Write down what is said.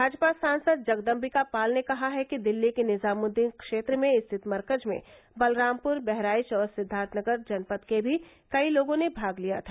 भाजपा सांसद जगदम्बिका पाल ने कहा है कि दिल्ली के निजामुद्दीन क्षेत्र में स्थित मरकज में बलरामपुर बहराइच और सिद्धार्थनगर जनपद के भी कई लोगों ने भाग लिया था